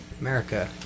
America